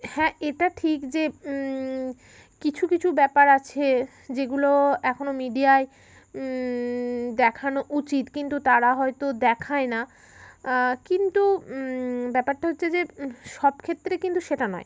হ্যাঁ এটা ঠিক যে কিছু কিছু ব্যাপার আছে যেগুলো এখনো মিডিয়ায় দেখানো উচিত কিন্তু তারা হয়তো দেখায় না কিন্তু ব্যাপারটা হচ্ছে যে সব ক্ষেত্রে কিন্তু সেটা নয়